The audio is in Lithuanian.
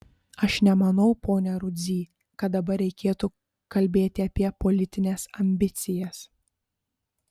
aš nemanau pone rudzy kad dabar reikėtų kalbėti apie politines ambicijas